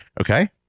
Okay